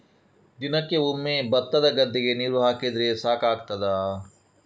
ದಿನಕ್ಕೆ ಒಮ್ಮೆ ಭತ್ತದ ಗದ್ದೆಗೆ ನೀರು ಹಾಕಿದ್ರೆ ಸಾಕಾಗ್ತದ?